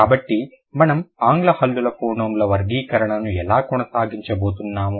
కాబట్టి మనము ఆంగ్ల హల్లుల ఫోనోమ్ ల వర్గీకరణను ఎలా కొనసాగించబోతున్నాము